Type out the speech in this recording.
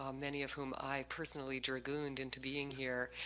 um many of whom i personally dragooned into being here.